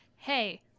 Hey